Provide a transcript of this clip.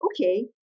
okay